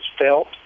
felt